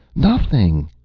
nothing!